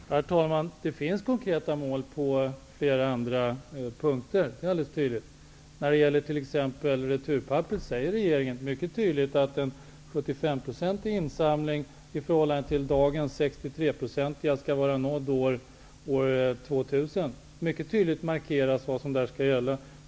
Herr talman! Det är alldeles tydligt att det finns konkreta mål på flera andra punkter. När det t.ex. gäller returpapper säger regeringen mycket tydligt att en 75-procentig insamling i förhållande till dagens 63-procentiga skall vara nådd år 2000. Det markeras mycket tydligt vad som skall gälla.